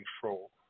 control